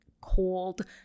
cold